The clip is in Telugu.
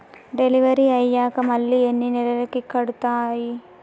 డెలివరీ అయ్యాక మళ్ళీ ఎన్ని నెలలకి కడుతాయి?